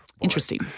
Interesting